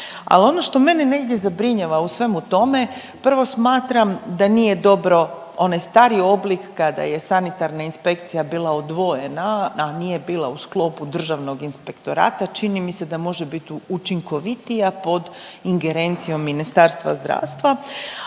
ali ono što mene negdje zabrinjava u svemu tome prvo smatram da nije dobro onaj stari oblik kada je Sanitarna inspekcija bila odvojena, a nije bila u sklopu Državnog inspektorata čini mi se da može biti učinkovitija pod ingerencijom Ministarstva zdravstva,